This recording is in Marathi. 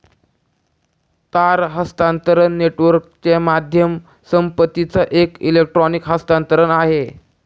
तार हस्तांतरण नेटवर्कच माध्यम संपत्तीचं एक इलेक्ट्रॉनिक हस्तांतरण आहे